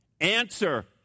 Answer